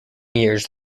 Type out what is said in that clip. years